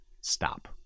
stop